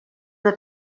una